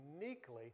uniquely